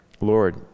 Lord